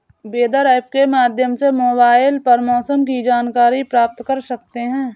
weather app के माध्यम से मोबाइल पर मौसम की जानकारी प्राप्त कर सकते हैं